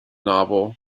novel